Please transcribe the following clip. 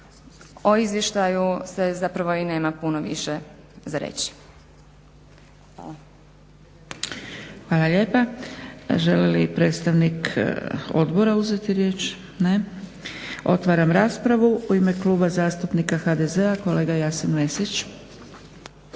O izvještaju se zapravo i nema puno više za reći. Hvala. **Zgrebec, Dragica (SDP)** Hvala lijepa. Želi li predstavnik odbora uzeti riječ? Ne. Otvaram raspravu. U ime Kluba zastupnika HDZ-a kolega Jasen Mesić.